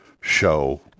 show